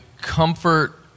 comfort